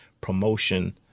promotion